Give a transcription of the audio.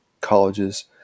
colleges